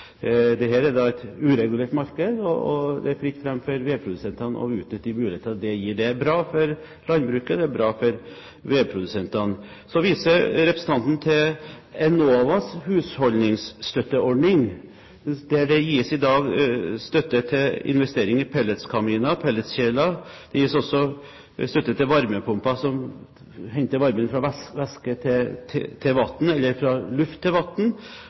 er et uregulert marked, og det er fritt fram for vedprodusentene å utnytte de mulighetene det gir. Det er bra for landbruket, det er bra for vedprodusentene. Så viser representanten til Enovas husholdningsstøtteordning, der det i dag gis støtte til investering i pelletskaminer og pelletskjeler. Det gis også støtte til varmepumper som henter varmen fra væske til vatn, eller fra luft til vatn,